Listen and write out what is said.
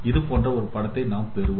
இதுபோன்ற ஒரு படத்தை நாம் பெறுவோம்